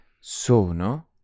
Sono